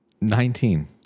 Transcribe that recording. Nineteen